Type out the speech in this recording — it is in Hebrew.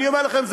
אני אומר לכם,